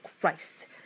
Christ